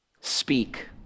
speak